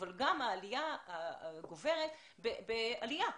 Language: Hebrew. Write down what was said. אבל גם העלייה הגוברת בעלייה,